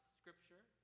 scripture